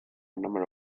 number